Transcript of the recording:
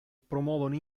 promuovono